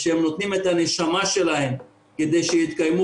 ושהם נותנים את הנשמה שלהם כדי שיתקיימו